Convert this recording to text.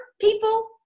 people